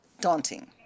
daunting